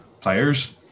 players